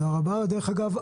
תודה רבה, דרך אגב,